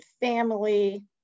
family